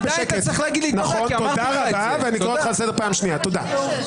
אני קורא אותך לסדר פעם שנייה אז תהיה בשקט.